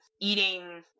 eating